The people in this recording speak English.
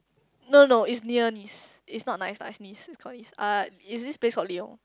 no no is near Nice it's not nice ah is Nice it's called Nice uh it's this place called Lyon